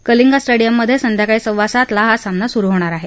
कलिंगा स्टेडियममध्ये संध्याकाळी सव्वासातला सामना सुरू होणार आहे